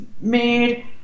made